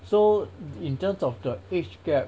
so in terms of the age gap